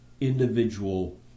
individual